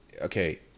Okay